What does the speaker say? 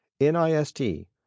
NIST